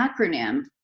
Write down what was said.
acronym